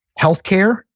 healthcare